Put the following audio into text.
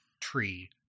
tree